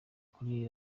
kuri